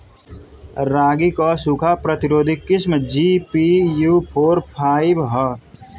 रागी क सूखा प्रतिरोधी किस्म जी.पी.यू फोर फाइव ह?